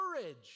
courage